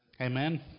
Amen